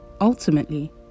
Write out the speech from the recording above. Ultimately